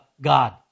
God